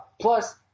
Plus